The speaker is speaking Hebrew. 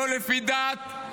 לא לפי דת,